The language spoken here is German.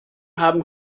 haben